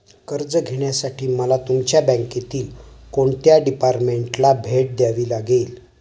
कर्ज घेण्यासाठी मला तुमच्या बँकेतील कोणत्या डिपार्टमेंटला भेट द्यावी लागेल?